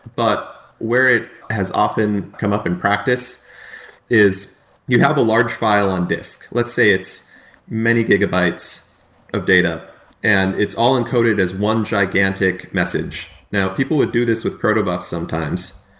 but where it has often come up in practice is you have a large file on disk. let's say it's many gigabytes of data and it's all encoded as one gigantic message. now, people would do this with proto-buffs sometimes.